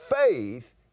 faith